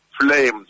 flames